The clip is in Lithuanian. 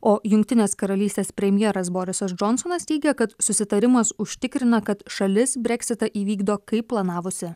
o jungtinės karalystės premjeras borisas džonsonas teigia kad susitarimas užtikrina kad šalis breksitą įvykdo kaip planavusi